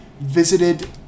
visited